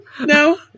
no